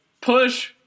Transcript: push